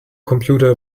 computer